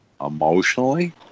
Emotionally